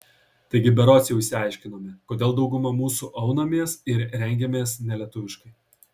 taigi berods jau išsiaiškinome kodėl dauguma mūsų aunamės ir rengiamės nelietuviškai